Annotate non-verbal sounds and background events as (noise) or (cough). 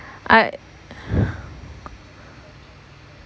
I (breath)